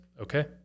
okay